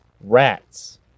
Rats